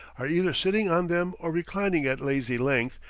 are either sitting on them or reclining at lazy length,